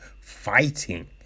fighting